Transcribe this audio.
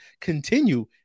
continue